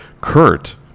Kurt